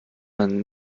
man